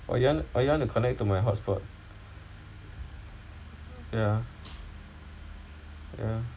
or you want you want to connect to my hotspot ya ya